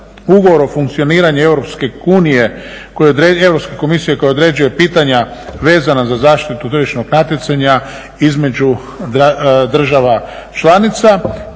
Ugovora o funkcioniranju Europske komisije koji određuje pitanja vezana za zaštitu tržišnog natjecanja između država članica.